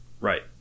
Right